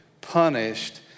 punished